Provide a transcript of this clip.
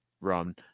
run